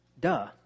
Duh